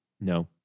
No